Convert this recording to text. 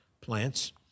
plants